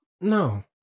No